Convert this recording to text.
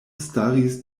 staris